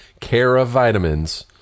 Care-of-Vitamins